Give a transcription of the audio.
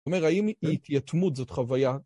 זאת אומרת, האם היא יתמות זאת חוויה?